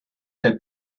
der